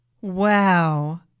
Wow